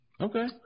Okay